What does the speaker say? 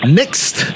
next